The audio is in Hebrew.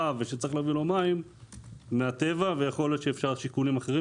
ושצריך להביא לו מים מהטבע ויכול להיות שאפשר שיהיו שיקולים אחרים,